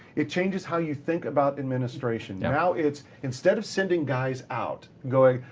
it changes how you think about administration. now it's, instead of sending guys out, going,